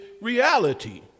reality